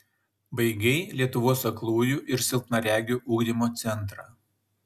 baigei lietuvos aklųjų ir silpnaregių ugdymo centrą